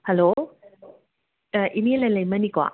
hello ꯏꯅꯦ ꯂꯜꯂꯩꯃꯅꯤꯀꯣ